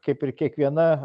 kaip ir kiekviena